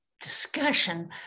discussion